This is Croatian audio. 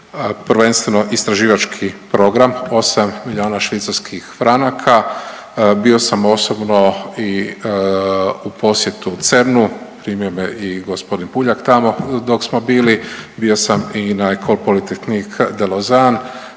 prvenstveno istraživački program, 8 milijuna švicarskih franaka, bio sam osobno i u posjetu CERN-u, primio me i g. Puljak tamo dok smo bili, bio sam i na Ecole Polytechnique de Lausanne